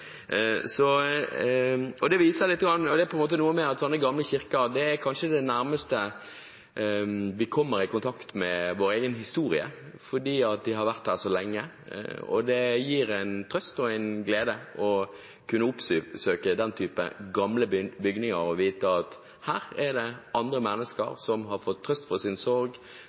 Det er noe med at sånne gamle kirker kanskje er det nærmeste vi kommer i kontakt med vår egen historie, fordi de har vært der så lenge. Det gir en trøst og en glede å kunne oppsøke den typen gamle bygninger og vite at her er det andre mennesker